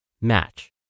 match